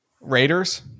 raiders